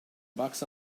bucks